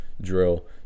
drill